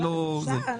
בבקשה.